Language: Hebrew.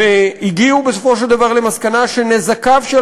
הגיעו בסופו של דבר למסקנה שנזקיו של